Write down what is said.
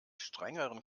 strengeren